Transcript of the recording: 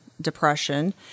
depression